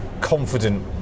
confident